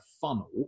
funnel